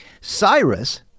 cyrus